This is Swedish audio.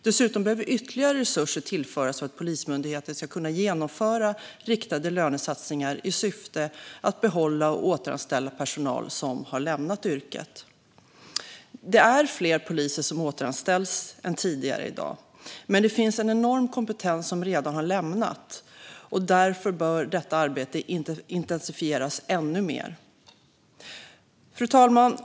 Dessutom behöver ytterligare resurser tillföras för att Polismyndigheten ska kunna genomföra riktade lönesatsningar i syfte att behålla personal och återanställa personal som lämnat yrket. Det är i dag fler poliser än tidigare som återanställs, men det finns en enorm kompetens som redan har lämnat myndigheten. Därför bör detta arbete intensifieras ännu mer. Fru talman!